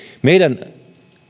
meidän